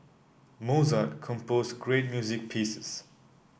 Mozart composed great music pieces